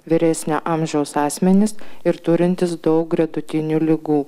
vyresnio amžiaus asmenys ir turintys daug gretutinių ligų